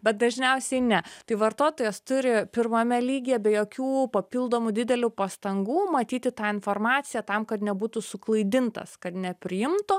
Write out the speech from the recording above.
bet dažniausiai ne tai vartotojas turi pirmame lygyje be jokių papildomų didelių pastangų matyti tą informaciją tam kad nebūtų suklaidintas kad nepriimtų